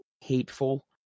hateful